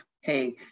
Hey